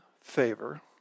favor